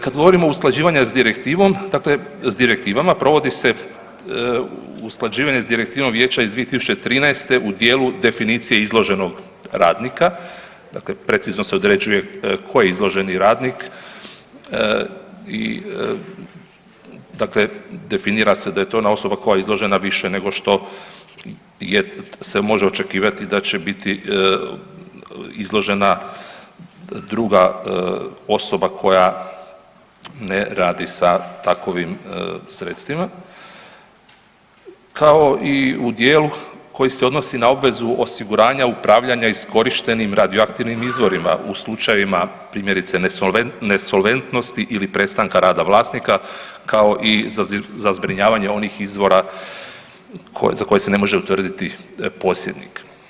Kad govorimo o usklađivanju s direktivom, dakle, s direktivama, provodi se usklađivanje s direktivom Vijeća iz 2013. u dijelu definicije izloženog radnika, dakle precizno se određuje tko je izloženi radnik i dakle definira se da je to ona osoba koja je izložena više nego što je, se može očekivati da će biti izložena druga osoba koja ne radi sa takovim sredstvima, kao i u dijelu koji se odnosi na obvezu osiguranja upravljanja iskorištenim radioaktivnim izvorima u slučajevima, primjerice, nesolventnosti ili prestanka rada vlasnika, kao i za zbrinjavanje onih izvora za koje se ne može utvrditi posjednik.